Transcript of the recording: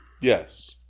yes